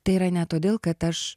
tai yra ne todėl kad aš